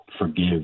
forgive